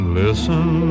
listen